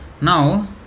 Now